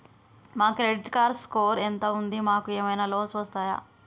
మా credit score ఎంత ఉంది? మాకు ఏమైనా లోన్స్ వస్తయా?